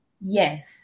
Yes